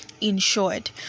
insured